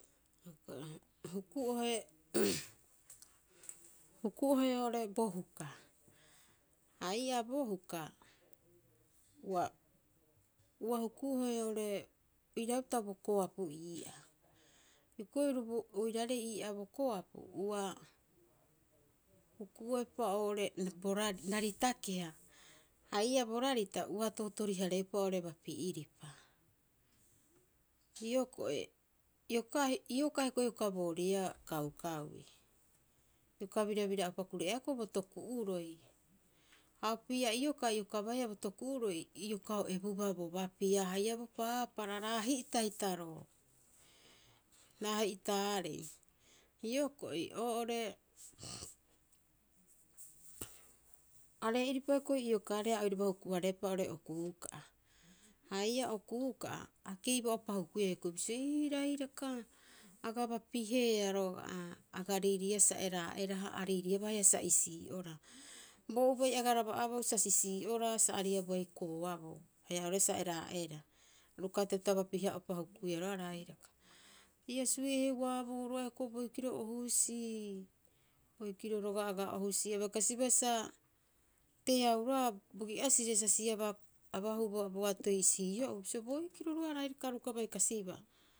Huku'oe oo ore bo huka. Ha ii'aa bo hukaua, ua, ua huku'ohe oo'ore iraupita bo koapu ii'aa. Hioko'i oiraarei ii'aa bo koapu, ua uku'oepa oo'ore bo rari, rarita keha. Ha ii'aa bo rarita uaha tootori- hareeupa oo'ore bapi'iripa. Hioko'i, iokaa, iokaa hioko'i ioka booriiaa kaukauii, ioka birabira'opa kureea hioko'i bo toku'uroi. Ha opii'a iokaa ioka baiia bo toku'uroi, ioka o ebuupa bo bapiha haia bo paapara, raahi'ita hita roo, raahi'itaarei. Hioko'i oo'ore, aree'iripa hioko'i iokaare ia oiraba hu- hareepa oo'ore okuuka'a. Ha ii'a okuu'ka'a, a keiba'upa hukuia hioko'i bisio, ee rairaka aga bapiheea roga'a, aga riiriiiaa sa eraa'eraha, a riiriiaba haia sa isii'oraha. Boo ubai agaraba abau sa sisii'oraha sa aribuai kooaboo, haia oo'ore sa eraa'era. Aru uka ata'epita bapiha'uropa hukuiia roga'a rairaka. Ai asu'ee heuaaboo roga'a hioko'i boikiro o husii. Boikiro roga'a agaa ohusii, abai kasibaa sa teau roga'a bogi'asire, sa siabaa abahuuba boatoi isii'o'ue, bisio boikiro roga'a rairaka aru uka bai kasibaa.